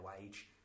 wage